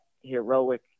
heroic